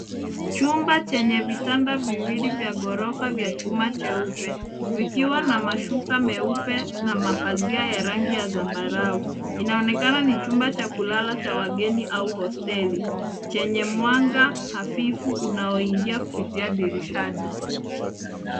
Chumba chenye vitanda viwili vya gorofa vya chuma cheupe, vikiwa na mashuka meupe na mapazia ya rangi ya zambarau. Inaonekana ni chumba cha kulala cha wageni au hosteli, chenye mwanga hafifu unaoingia kupitia dirishani.